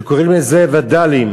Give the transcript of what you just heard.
שקוראים לזה וד"לים.